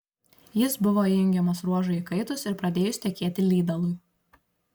jis buvo įjungiamas ruožui įkaitus ir pradėjus tekėti lydalui